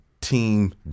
team